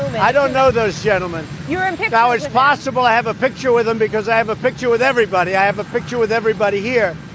i don't know those gentlemen. you hit ours possible. i have a picture with them because i have a picture with everybody. i have a picture with everybody here.